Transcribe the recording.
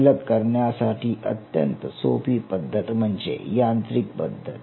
विलग करण्यासाठी अत्यंत सोपी पद्धत म्हणजे यांत्रिक पद्धत